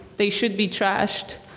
they should be trashed.